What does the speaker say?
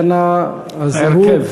משתנה זהות ההרכב.